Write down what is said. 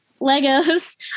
Legos